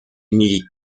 milite